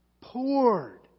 poured